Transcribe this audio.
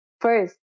first